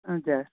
हजुर